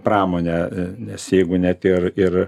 pramonę nes jeigu net ir ir